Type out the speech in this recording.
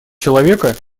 человека